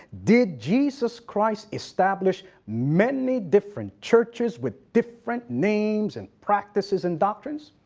did jesus christ establish many different churches with different names, and practices and doctrines?